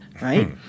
right